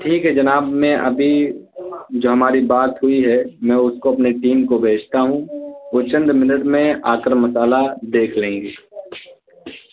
ٹھیک ہے جناب میں ابھی جو ہماری بات ہوئی ہے میں اس کو اپنے ٹیم کو بھیجتا ہوں وہ چند منٹ میں آ کر مسالا دیکھ لیں گی